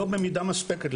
לא במידה מספקת,